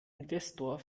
investor